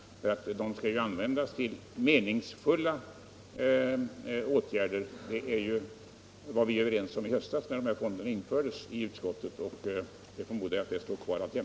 De skall ju användas till meningsfulla åtgärder — det var vi överens om inom utskottet i höstas, när dessa fonder infördes, och det förmodar jag att vi fortfarande är.